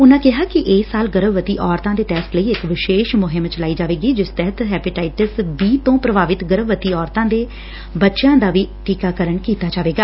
ਉਨਾ ਕਿਹਾ ਕਿ ਇਸ ਸਾਲ ਗਰਭਵਤੀ ਔਰਤਾ ਦੇ ਟੈਸਟ ਲਈ ਇਕ ਵਿਸ਼ੇਸ਼ ਮੁਹਿੰਮ ਚਲਾਈ ਜਾਵੇਗੀ ਜਿਸ ਤਹਿਤ ਹੈਪੇਟਾਈਟਸ ਬੀ ਤੋਂ ਪ੍ਰਭਾਵਿਤ ਗਰਭਵਤੀ ਔਰਤਾਂ ਦੇ ਬੱਚਿਆਂ ਦਾ ਵੀ ਟੀਕਾਕਰਨ ਕੀਤਾ ਜਾਵੇਗਾ